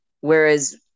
Whereas